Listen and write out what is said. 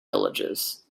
villages